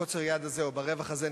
בקוצר היד הזה, או ברווח הזה,